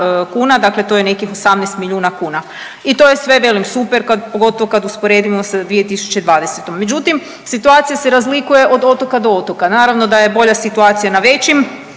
dakle to je nekih 18 milijuna kuna i to je sve velim super kad pogotovo kad usporedimo sa 2020. Međutim, situacija se razlikuje od otoka do otoka, naravno da je bolja situacija na većim